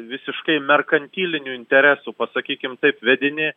visiškai merkantilinių interesų pasakykim taip vidini